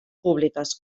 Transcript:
públiques